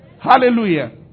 Hallelujah